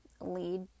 lead